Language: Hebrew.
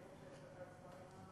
כשיוצאים לחו"ל,